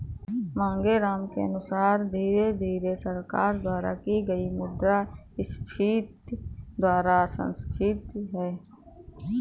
मांगेराम के अनुसार धीरे धीरे सरकार द्वारा की गई मुद्रास्फीति मुद्रा संस्फीति है